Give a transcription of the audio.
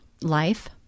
life